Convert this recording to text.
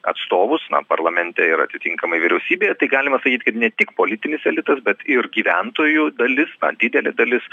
atstovus na parlamente ir atitinkamai vyriausybėje tai galima sakyt kad ne tik politinis elitas bet ir gyventojų dalis na didelė dalis